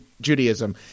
Judaism